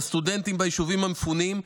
לסטודנטים ביישובים המפונים,